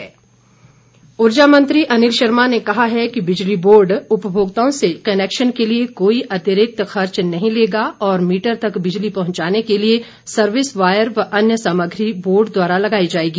अनिल शर्मा ऊर्जा मंत्री अनिल शर्मा ने कहा है कि बिजली बोर्ड उपभोक्ताओं से कनेक्शन के लिए कोई अतिरिक्त खर्च नहीं लेगा और मीटर तक बिजली पहुंचाने के लिए सर्विस वायर व अन्य सामग्री बोर्ड द्वारा लगाई जाएगी